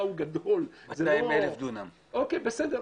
מתעמרת,